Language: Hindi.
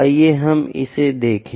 आइए हम इसे देखें